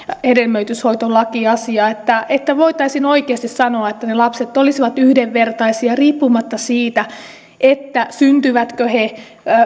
hedelmöityshoitolakiasia että että voitaisiin oikeasti sanoa että lapset olisivat yhdenvertaisia riippumatta siitä syntyvätkö he